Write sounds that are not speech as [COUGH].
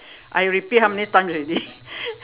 I repeat how many times already [LAUGHS]